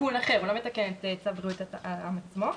תיקון אחר, הוא לא מתקן את צו בריאות העם עצמו.